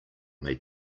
may